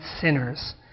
sinners